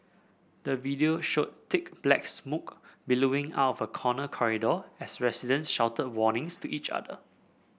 the video showed thick black smoke billowing out of a corner corridor as residents shouted warnings to each other